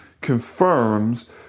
confirms